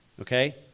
Okay